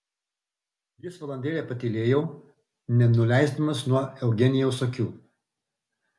jis valandėlę patylėjo nenuleisdamas nuo eugenijaus akių